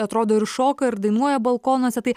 atrodo ir šoka ir dainuoja balkonuose tai